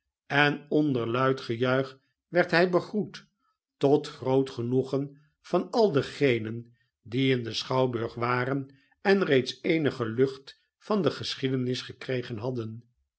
en onder luid gejuich werd hij begroet tot groot genoegen van al degenen die in den schouwburg waren en reeds eenige lucht van de geschiedenis gekregen hadden